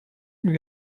lui